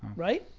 right?